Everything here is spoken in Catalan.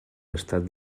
estat